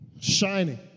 Shining